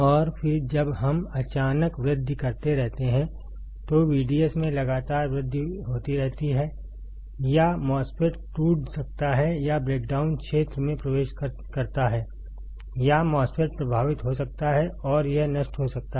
और फिर जब हम अचानक वृद्धि करते रहते हैं तो VDS में लगातार वृद्धि होती रहती है या MOSFET टूट सकता है या ब्रेकडाउन क्षेत्र में प्रवेश करता है या MOSFET प्रभावित हो सकता है और यह नष्ट हो सकता है